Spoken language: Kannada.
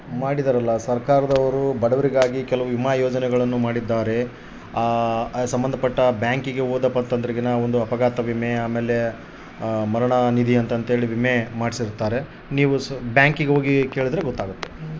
ಸರ್ಕಾರದವರು ನಮ್ಮಂಥ ಬಡವರಿಗಾಗಿ ಕೆಲವು ವಿಮಾ ಯೋಜನೆಗಳನ್ನ ಮಾಡ್ತಾರಂತೆ ಏನಾದರೂ ಮಾಹಿತಿ ಇದ್ದರೆ ಹೇಳ್ತೇರಾ?